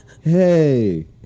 Hey